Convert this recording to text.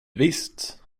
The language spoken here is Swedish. visst